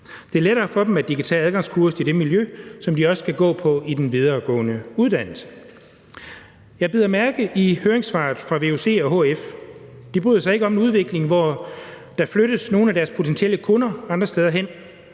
Det er lettere for dem, at de kan tage adgangskurset i det miljø, som de også skal gå på i den videregående uddannelse. Jeg bider mærke i høringssvaret fra vuc og hf. De bryder sig ikke om udviklingen, hvor nogle af deres potentielle kunder flyttes andre steder hen,